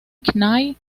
knight